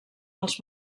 els